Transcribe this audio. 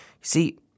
See